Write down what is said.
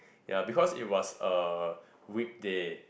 ya because it was a weekday